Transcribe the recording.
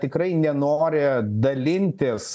tikrai nenori dalintis